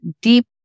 deep